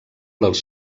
dels